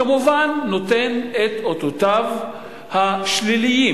כמובן נותן את אותותיו השליליים